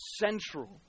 central